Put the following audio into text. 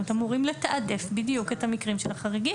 אמורים לתעדף בדיוק את המקרים של החריגים.